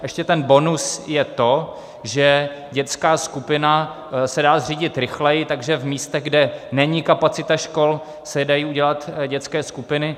Ještě ten bonus je to, že dětská skupina se dá zřídit rychleji, takže v místech, kde není kapacita škol, se dají udělat dětské skupiny.